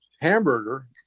Hamburger